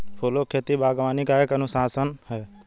फूलों की खेती, बागवानी का एक अनुशासन है